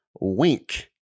Wink